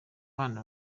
bana